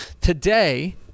Today